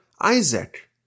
Isaac